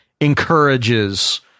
encourages